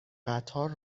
قطار